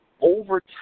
over